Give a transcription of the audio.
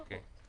אוקיי.